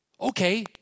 Okay